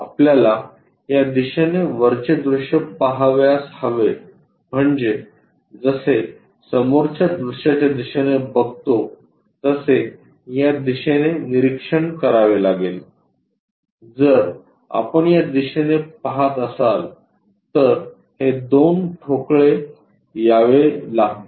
आपल्याला या दिशेने वरचे दृश्य पहावयास हवे म्हणजे जसे समोरच्या दृश्याच्या दिशेने बघतो तसे या दिशेने निरीक्षण करावे लागेल जर आपण या दिशेने पहात असाल तर हे दोन ठोकळे यावे लागतील